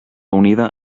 unida